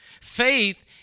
Faith